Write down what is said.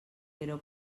però